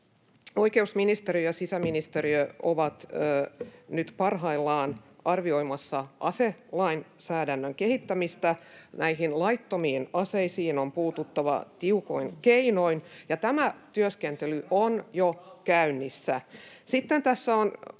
oikeusministeriö ja sisäministeriö ovat nyt parhaillaan arvioimassa aselainsäädännön kehittämistä. Laittomiin aseisiin on puututtava tiukoin keinoin, ja tämä työskentely on jo käynnissä.